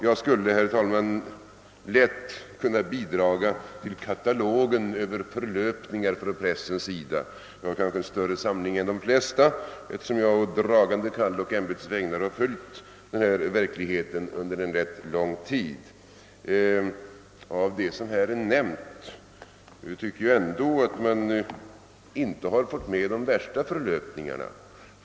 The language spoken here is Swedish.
Jag skulle, herr talman, lätt kunna bidraga till katalogen över förlöpningar från pressens sida. Jag har en kanske större samling än de flesta, eftersom jag å dragande kall och ämbetets vägnar har följt pressens verksamhet under en rätt lång tid. Bland det som nämnts under debatten tycker jag ändå inte att man fått med de värsta förlöpningarna.